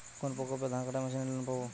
কোন প্রকল্পে ধানকাটা মেশিনের লোন পাব?